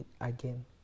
again